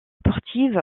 sportive